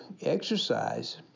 exercise